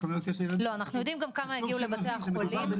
חשוב שנבין שמדובר בנדבקים ולא בחולים.